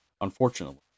unfortunately